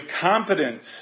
confidence